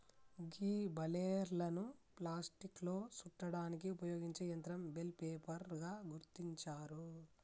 గీ బలేర్లను ప్లాస్టిక్లో సుట్టడానికి ఉపయోగించే యంత్రం బెల్ రేపర్ గా గుర్తించారు